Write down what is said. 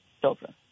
children